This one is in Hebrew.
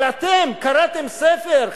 אבל אתם קראתם ספר,